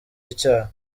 icyaha